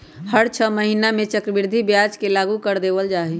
हर छ महीना में चक्रवृद्धि ब्याज के लागू कर देवल जा हई